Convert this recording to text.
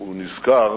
הוא נזכר